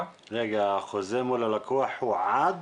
החוזה מול הלקוח הוא עד?